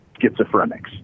schizophrenics